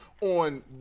on